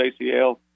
ACL